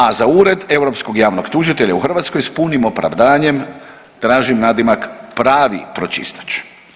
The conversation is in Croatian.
A za Ured europskog javnog tužitelja u Hrvatskoj s punim opravdanjem tražim nadimak pravi pročistač.